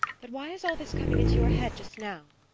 but why is all this coming into your head just now?